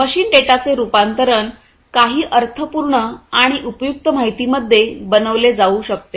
machine डेटाचे रूपांतरण काही अर्थपूर्ण आणि उपयुक्त माहितीमध्ये बनविले जाऊ शकते